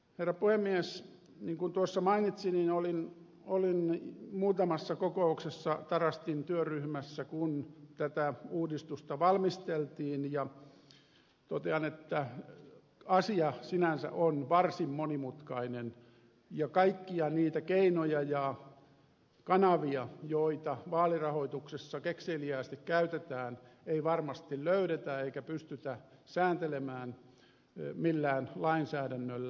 niin kuin tuossa mainitsin niin olin muutamassa kokouksessa tarastin työryhmässä kun tätä uudistusta valmisteltiin ja totean että asia sinänsä on varsin monimutkainen ja kaikkia niitä keinoja ja kanavia joita vaalirahoituksessa kekseliäästi käytetään ei varmasti löydetä eikä pystytä sääntelemään millään lainsäädännöllä